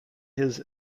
his